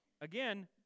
again